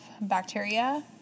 bacteria